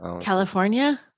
California